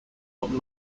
but